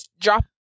drop